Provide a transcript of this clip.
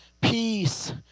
peace